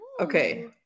Okay